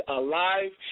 alive